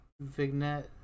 vignette